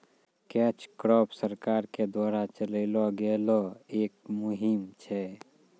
catch कॉर्प सरकार के द्वारा चलैलो गेलो एक मुहिम छै